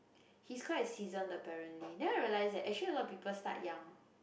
he's quite seasoned apparently then I realised that actually a lot of people start young